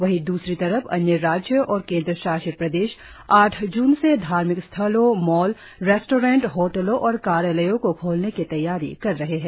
वही द्रसरी तरफ अन्य राज्य और केंद्र शासित प्रदेश आठ ज्न से धार्मिक स्थलोंमॉल रेस्टॉरेंट होटलो और कार्यालयो को खोलने की तैयारी कर रहे है